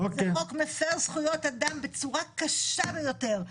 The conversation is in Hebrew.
זה חוק מפר זכויות אדם בצורה קשה ביותר.